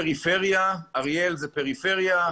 פריפריה, אריאל היא פריפריה.